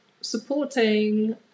supporting